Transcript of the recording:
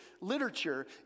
literature